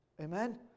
Amen